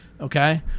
Okay